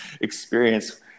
experience